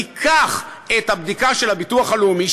ניקח את הבדיקה של הביטוח הלאומי,